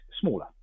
smaller